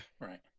Right